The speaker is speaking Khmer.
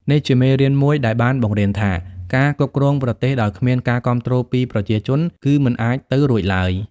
នេះជាមេរៀនមួយដែលបានបង្ហាញថា ការគ្រប់គ្រងប្រទេសដោយគ្មានការគាំទ្រពីប្រជាជនគឺមិនអាចទៅរួចឡើយ។